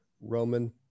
Roman